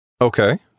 Okay